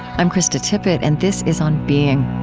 i'm krista tippett, and this is on being.